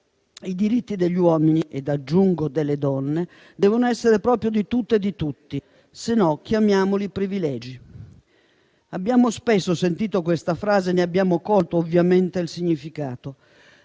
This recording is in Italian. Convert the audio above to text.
i diritti degli uomini - ed aggiungo delle donne - devono essere proprio di tutte e di tutti, altrimenti chiamiamoli privilegi. Abbiamo spesso sentito questa frase e ne abbiamo colto il significato,